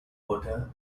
potter